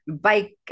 bike